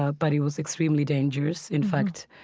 ah but it was extremely dangerous. in fact,